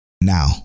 Now